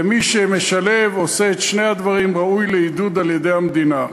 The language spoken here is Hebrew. ומי שמשלב ועושה את שני הדברים ראוי לעידוד של המדינה.